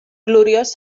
gloriós